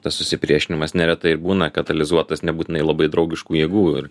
tas susipriešinimas neretai ir būna katalizuotas nebūtinai labai draugiškų jėgų ir